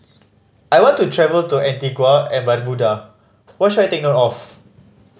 I want to travel to Antigua and Barbuda what should I take note of